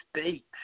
State